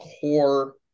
core